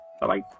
Bye-bye